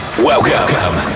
Welcome